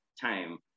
time